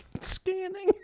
scanning